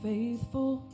faithful